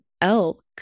elk